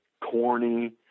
corny